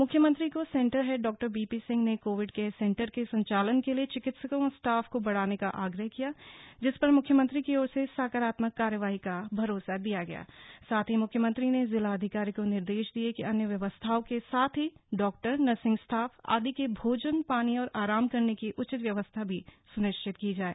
मुख्यमंत्री को centre head डॉ बीपी सिंह ने कोविड केअर सेंटर के संचालन के लिए चिकित्सकों व स्टाफ को बढ़ाने का आग्रह किया जिस पर मुख्यमंत्री की ओर से सकारात्मक कार्रवाई का भरोसा दिया गया साथ ही मुख्यमंत्री ने जिलाधिकारी को निर्देश दिए कि अन्य व्यवस्थाओं के साथ ही डॉक्टर नर्सिंग स्टाफ आदि के भोजन पानी और आराम करने की उचित व्यवस्था भी सुनिश्चित की जाये